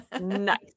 Nice